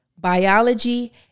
biology